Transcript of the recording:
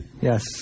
Yes